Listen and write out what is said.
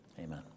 Amen